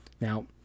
Now